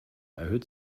erhöht